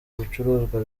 ibicuruzwa